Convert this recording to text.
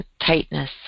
tightness